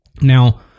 Now